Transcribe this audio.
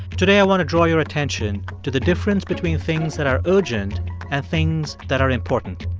today, i want to draw your attention to the difference between things that are urgent and things that are important.